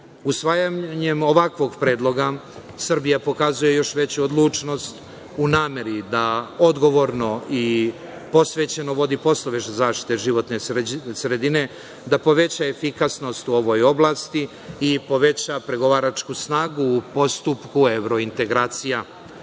Usvajanjem ovakvog predloga Srbija pokazuje još veću odlučnost u nameri da odgovorno i posvećeno vodi poslove zaštite životne sredine, da poveća efikasnost u ovoj oblasti i poveća pregovaračku snagu u postupku evrointegracija. Na